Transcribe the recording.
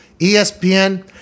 ESPN